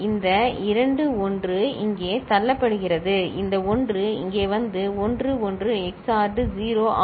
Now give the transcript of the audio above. இந்த இரண்டு 1 இங்கே தள்ளப்படுகிறது இந்த 1 இங்கே வந்து 1 1 XORed 0 ஆகும்